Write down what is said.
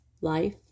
life